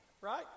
Right